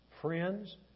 friends